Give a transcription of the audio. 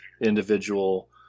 individual